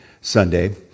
Sunday